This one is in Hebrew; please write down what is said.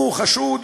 הוא חשוד,